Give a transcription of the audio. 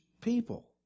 people